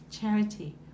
charity